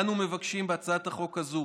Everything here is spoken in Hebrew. אנו מבקשים בהצעת החוק הזו